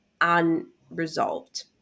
unresolved